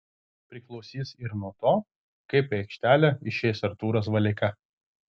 priklausys ir nuo to kaip į aikštelę išeis artūras valeika